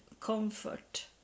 comfort